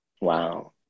Wow